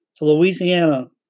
Louisiana